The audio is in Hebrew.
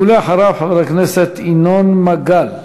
ואחריו, חבר הכנסת ינון מגל.